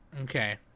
Okay